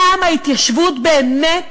פעם ההתיישבות באמת